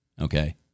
Okay